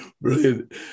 Brilliant